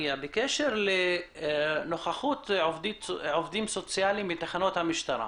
בקשר לנוכחות עובדים סוציאליים בתחנות משטרה,